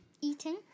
Eating